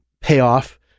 payoff